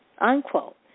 unquote